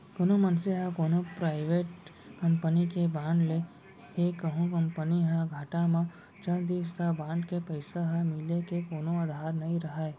कोनो मनसे ह कोनो पराइबेट कंपनी के बांड ले हे कहूं कंपनी ह घाटा म चल दिस त बांड के पइसा ह मिले के कोनो अधार नइ राहय